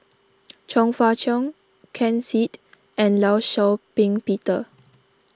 Chong Fah Cheong Ken Seet and Law Shau Ping Peter